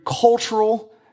cultural